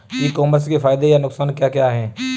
ई commerce के फायदे या नुकसान क्या क्या हैं?